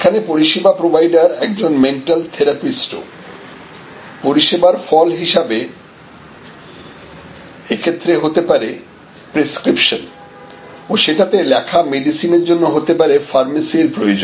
এখানে পরিষেবা প্রোভাইডার একজন মেন্টাল থেরাপিস্ট ও পরিষেবার ফল হিসাবে এক্ষেত্রে হতে পারে প্রেসক্রিপশন ও সেটাতে লেখা মেডিসিনের জন্য হতে পারে ফার্মেসির প্রয়োজন